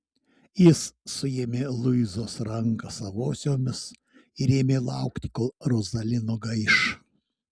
jis suėmė luizos ranką savosiomis ir ėmė laukti kol rozali nugaiš